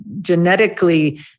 genetically